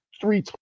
three